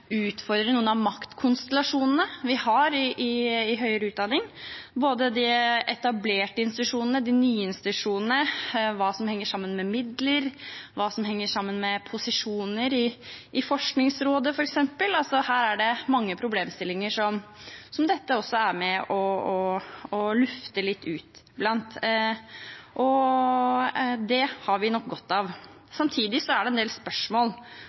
noen av maktkonstellasjonene vi har innen høyere utdanning, både de etablerte institusjonene og de nye institusjonene, hva som henger sammen med midler, og hva som f.eks. henger sammen med posisjoner i Forskningsrådet. Her er det mange problemstillinger som dette er med på å lufte. Det har vi nok godt av. Samtidig er det en del spørsmål